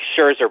Scherzer